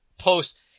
post